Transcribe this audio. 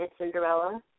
Cinderella